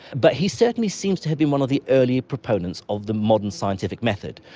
but he certainly seems to have been one of the early proponents of the modern scientific method,